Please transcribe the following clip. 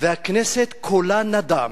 הכנסת, קולה נדם.